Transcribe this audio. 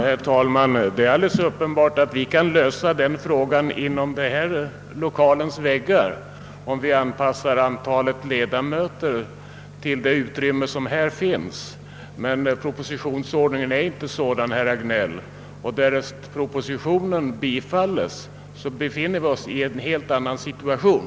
Herr talman! Det är alldeles uppenbart att vi kan lösa lokalfrågan inom detta hus, om vi anpassar antalet ledamöter till det utrymme som finns inom dess väggar. Men propositionens ordning är inte sådan, herr Hagnell, och därest propositionen bifalles befinner vi oss i en helt annan situation.